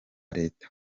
leta